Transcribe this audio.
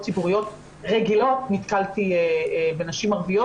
ציבוריות רגילות נתקלתי בנשים ערביות.